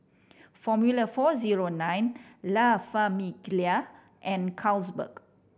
Formula Four Zero Nine La Famiglia and Carlsberg